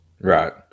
Right